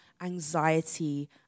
anxiety